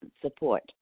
support